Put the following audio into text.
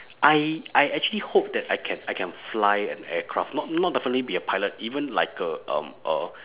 I I actually hope that I can I can fly an aircraft not not definitely be a pilot even like a um a